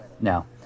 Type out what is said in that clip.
no